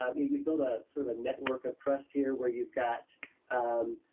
ah you build a sort of network of trust here where you've got um